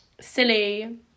Silly